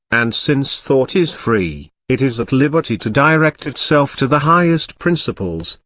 and since thought is free, it is at liberty to direct itself to the highest principles,